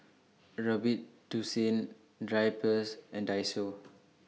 Robitussin Drypers and Daiso